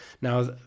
Now